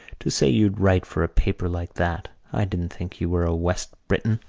to say you'd write for a paper like that. i didn't think you were a west briton.